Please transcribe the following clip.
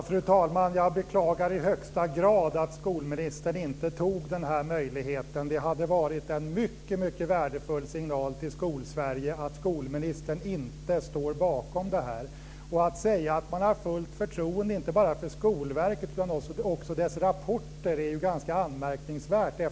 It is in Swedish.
Fru talman! Jag beklagar i högsta grad att skolministern inte tog vara på den här möjligheten. Det hade varit en mycket värdefull signal till Skolsverige att skolministern inte står bakom det här. Att säga att man har fullt förtroende inte bara för Skolverket utan också för dess rapporter är ganska anmärkningsvärt.